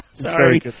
Sorry